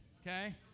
Okay